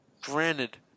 Granted